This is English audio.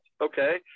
okay